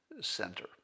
center